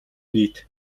нийт